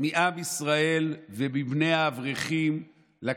מעם ישראל ומבני האברכים את